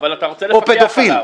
או פדופיל.